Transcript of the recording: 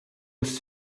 was